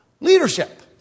Leadership